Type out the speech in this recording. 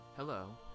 Hello